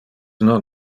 non